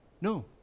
No